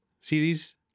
series